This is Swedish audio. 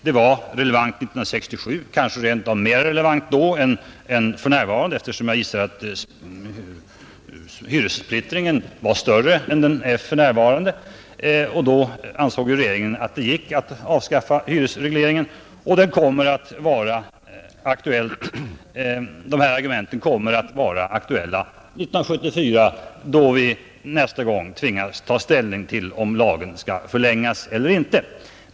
Det var relevant 1967, kanske rent av mera relevant än för närvarande, eftersom hyressplittringen då sannolikt var större än den är nu, och då ansåg regeringen att regleringen kunde avskaffas. Det kommer även att vara aktuellt 1974 då vi nästa gång tvingas ta ställning till om lagen skall förlängas eller inte.